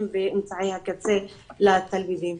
ואמצעי הקצה לתלמידים ולאיפה הם הגיעו.